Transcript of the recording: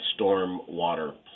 stormwater